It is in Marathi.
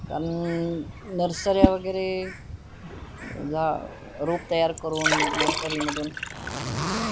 कारण नर्सऱ्या वगैरे ज्या रोप तयार करून नर्सरी मधून